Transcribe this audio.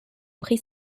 prit